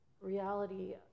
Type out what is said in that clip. reality